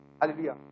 Hallelujah